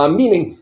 meaning